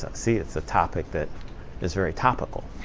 see, it's a topic that is very topical.